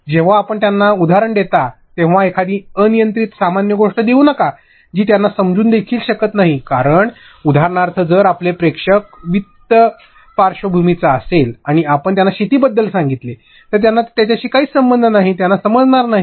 जेव्हा आपण त्यांना उदाहरण देता तेव्हा एखादी अनियंत्रित सामान्य गोष्ट देऊ नका जी त्यांना समजू देखील शकत नाही कारण उदाहरणार्थ जर आपले प्रेक्षक वित्तपार्श्वभूमीचा असेल आणि आपण त्यांना शेतीबद्दल सांगितले तर त्यांचा त्याच्याशी काहीच संबंध नाही त्यांना समजणार नाही